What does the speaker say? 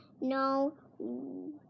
No